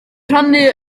rhannu